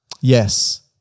Yes